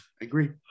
agree